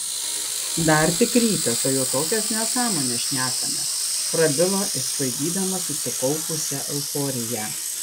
dar tik rytas o jau tokias nesąmones šnekame prabilo išsklaidydamas susikaupusią euforiją